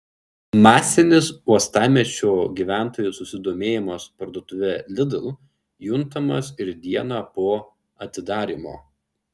masinis uostamiesčio gyventojų susidomėjimas parduotuve lidl juntamas ir dieną po atidarymo